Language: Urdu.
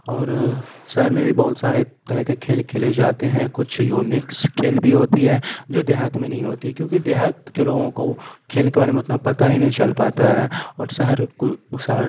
اور شہر میں بھی بہت سارے طرح کے کھیل کھیلے جاتے ہیں کچھ یونکس کھیل بھی ہوتی ہے جو دیہات میں نہیں ہوتی ہے کیونکہ دیہات کے لوگوں کو کھیل کے بارے میں اتنا پتا ہی نہیں چلتا پاتا ہے اور شہر شہر